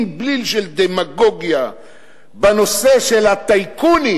עם בליל של דמגוגיה בנושא של הטייקונים.